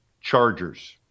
Chargers